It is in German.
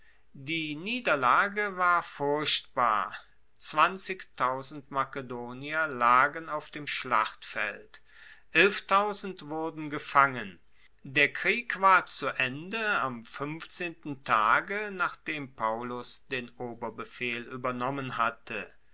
die niederlage war furchtbar makedonier lagen auf dem schlachtfeld wurden gefangen der krieg war zu ende am fuenfzehnten tage nachdem paullus den oberbefehl uebernommen hatte